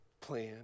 plan